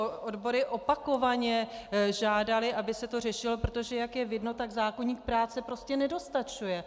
Odbory opakovaně žádaly, aby se to řešilo, protože jak je vidno, tak zákoník práce prostě nedostačuje.